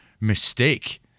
mistake